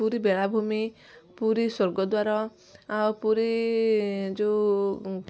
ପୁରୀ ବେଳାଭୂମି ପୁରୀ ସ୍ୱର୍ଗଦ୍ୱାର ଆଉ ପୁରୀ ଯେଉଁ